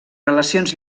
relacions